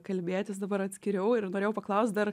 kalbėtis dabar atskiriau ir norėjau paklaust dar